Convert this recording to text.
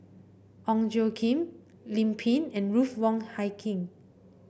Ong Tjoe Kim Lim Pin and Ruth Wong Hie King